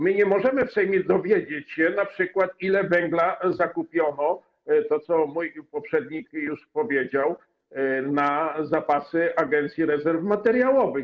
My nie możemy w Sejmie dowiedzieć się, np. ile węgla zakupiono - to, co mój poprzednik powiedział - na zapasy Agencji Rezerw Materiałowych.